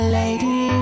lady